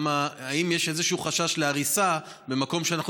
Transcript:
האם יש איזשהו חשש להריסה במקום שאנחנו